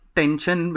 tension